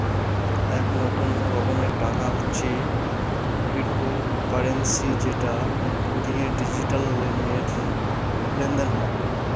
এক নতুন রকমের টাকা হচ্ছে ক্রিপ্টোকারেন্সি যেটা দিয়ে ডিজিটাল লেনদেন হয়